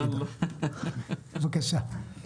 בבקשה.